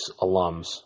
alums